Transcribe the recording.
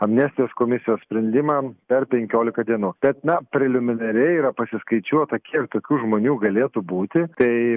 amnestijos komisijos sprendimą per penkiolika dienų bet na preliminariai yra pasiskaičiuota kiek tokių žmonių galėtų būti tai